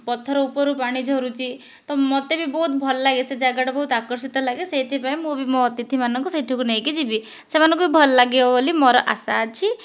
ପଥର ଉପରୁ ପାଣି ଝରୁଛି ତ ମୋତେ ବି ବହୁତ ଭଲ ଲାଗେ ସେ ଜାଗାଟା ବହୁତ ଆକର୍ଷିତ ଲାଗେ ସେଥିପାଇଁ ମୁଁ ବି ମୋ' ଅତିଥିମାନଙ୍କୁ ସେଇଠାକୁ ନେଇକି ଯିବି ସେମାନଙ୍କୁ ବି ଭଲ ଲାଗିବ ବୋଲି ମୋର ଆଶା ଅଛି